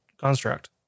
Construct